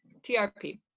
TRP